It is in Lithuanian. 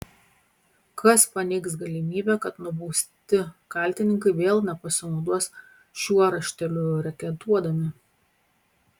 kas paneigs galimybę kad nubausti kaltininkai vėl nepasinaudos šiuo rašteliu reketuodami